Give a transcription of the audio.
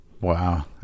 wow